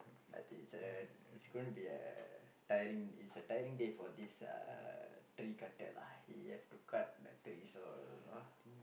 I think it's a it's gonna be a tiring it's a tiring day for this tree cutter lah he have to cut the tree so you know